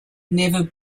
never